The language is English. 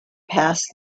past